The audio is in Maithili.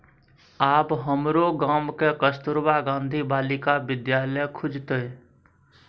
आब हमरो गाम मे कस्तूरबा गांधी बालिका विद्यालय खुजतै